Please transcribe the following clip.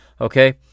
okay